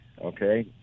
okay